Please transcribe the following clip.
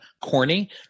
corny